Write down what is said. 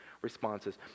responses